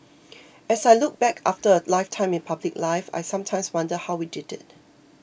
as I look back after a lifetime in public life I sometimes wonder how we did it